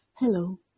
Hello